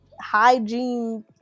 hygiene